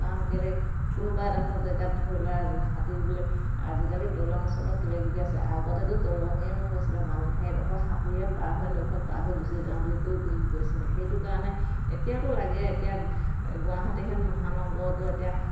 কাৰণ কেলে কোনোবা এডখৰ জেগাত ধৰি লোৱা সাঁতুৰিবলে আজিকালি দলং চলং কিবা কিবি আছে আগতেতো দলঙেই নহৈছিলে মানুহে সেইডোখৰ সাঁতুৰিয়ে পাৰ হৈ নদীখন পাৰ হৈ গুচি যাওঁ বুলি কৈ গৈ গৈছিলে সেইটো কাৰণে এতিয়াতো লাগে এতিয়া গুৱাহাটীহেন মহানগৰতো এতিয়া